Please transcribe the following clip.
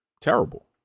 terrible